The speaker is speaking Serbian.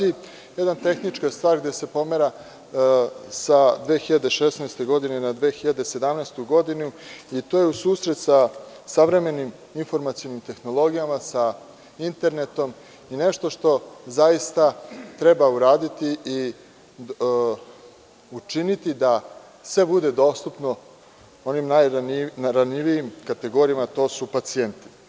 Jedna tehnička stvar, gde se pomera sa 2016. godine na 2017. godinu i to je u susret sa savremenim informacionim tehnologijama, sa internetom, nešto što zaista treba uraditi i učiniti da sve bude dostupno onim najranjivijim kategorijama, a to su pacijenti.